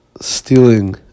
stealing